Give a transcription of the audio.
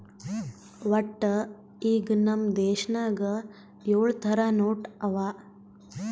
ವಟ್ಟ ಈಗ್ ನಮ್ ದೇಶನಾಗ್ ಯೊಳ್ ಥರ ನೋಟ್ ಅವಾ